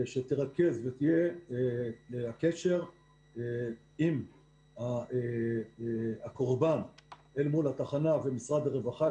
שתרכז תהיה אשת הקשר עם הקורבן אל מול התחנה ומשרד הרווחה,